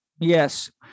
Yes